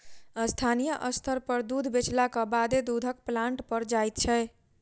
स्थानीय स्तर पर दूध बेचलाक बादे दूधक प्लांट पर जाइत छै